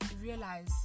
realize